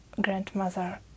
grandmother